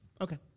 Okay